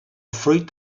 fruit